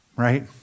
right